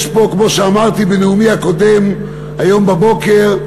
יש פה, כמו שאמרתי בנאומי הקודם היום בבוקר: